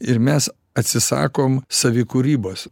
ir mes atsisakom savikūrybos